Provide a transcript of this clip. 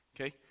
okay